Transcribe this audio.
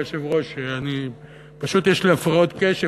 הצדענו אתמול לווטרנים,